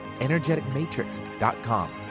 energeticmatrix.com